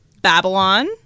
Babylon